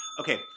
Okay